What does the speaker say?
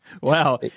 Wow